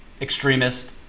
extremist